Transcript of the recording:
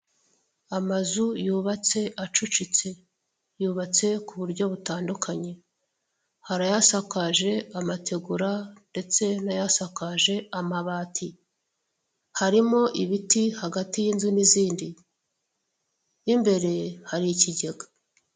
Amazu yubatse acucitse. Yubatse ku buryo butandukanye. Hari ayasakaje amategura ndetse n'ayasakaje amabati. Harimo ibiti hagati y'inzu n'izindi. Imbere hari ikigega.